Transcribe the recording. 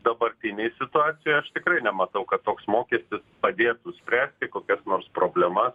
dabartinėj situacijoj aš tikrai nematau kad toks mokestis padėtų spręsti kokias nors problemas